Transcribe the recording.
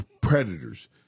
predators